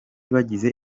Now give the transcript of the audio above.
bagize